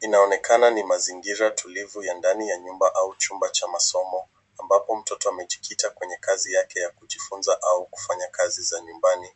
Inaonekana ni mazingira tulivu ya ndani ya nyumba au chumba cha masomo, ambapo mtoto amejikita kwenye kazi yake ya kujifunza au kufanya kazi za nyumbani."